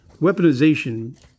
weaponization